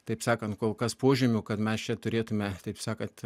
taip sakant kol kas požymių kad mes čia turėtume taip sakant